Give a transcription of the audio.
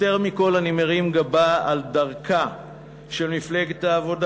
יותר מכול אני מרים גבה על דרכה של מפלגת העבודה.